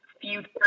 future